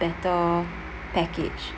better package